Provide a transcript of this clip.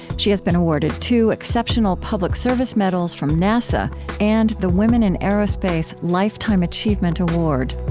she has been awarded two exceptional public service medals from nasa and the women in aerospace lifetime achievement award